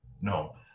no